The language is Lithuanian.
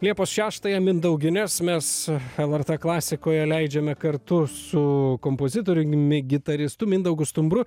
liepos šeštąją mindaugines mes lrt klasikoje leidžiame kartu su kompozitoriumi gitaristu mindaugu stumbru